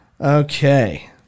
Okay